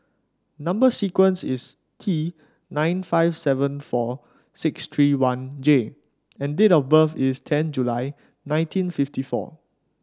number sequence is T nine five seven four six three one J and date of birth is ten July nineteen fifty four